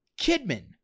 Kidman